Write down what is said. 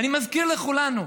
ואני מזכיר לכולנו: